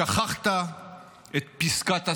שכחת את פסקת הסליחה,